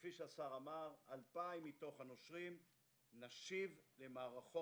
וכפי שהשר אמר 2,000 מתוך הנושרים נשיב למערכות